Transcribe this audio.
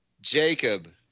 Jacob